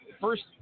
first